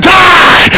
die